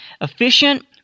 Efficient